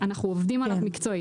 אנחנו עובדים עליו מקצועית.